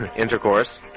intercourse